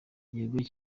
igikorwa